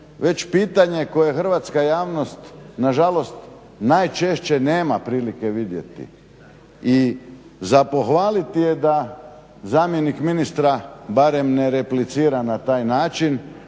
već pitanje koje hrvatska javnost na žalost najčešće nema prilike vidjeti. I za pohvaliti je da zamjenik ministra barem ne replicira na taj način,